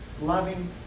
loving